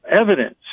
evidence